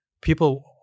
people